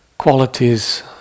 qualities